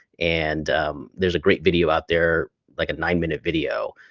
and there's a great video out there, like a nine minute video,